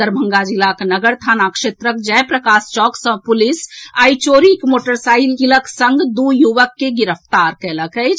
दरभंगा जिलाक नगर थाना क्षेत्रक जय प्रकाश चौक सँ पुलिस आइ चोरीक मोटरसाईकिलक संग दू युवक के गिरफ्तार कएलक अछि